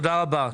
תודה רבה.